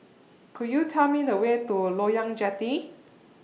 Could YOU Tell Me The Way to Loyang Jetty